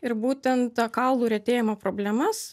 ir būtent ta kaulų retėjimo problemas